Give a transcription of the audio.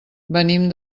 venim